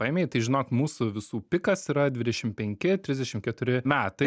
laimei tai žinok mūsų visų pikas yra dvidešim penki trisdešim keturi metai